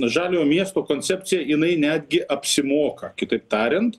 žaliojo miesto koncepcija jinai netgi apsimoka kitaip tariant